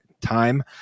time